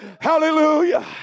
hallelujah